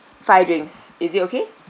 five drinks is it okay